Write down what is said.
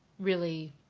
really,